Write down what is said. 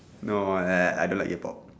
no I I I don't like K pop